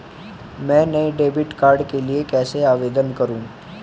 मैं नए debit card के लिए कैसे आवेदन करूं?